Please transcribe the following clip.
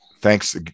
thanks